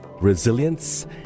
resilience